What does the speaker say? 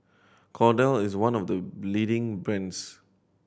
Kordel is one of the leading brands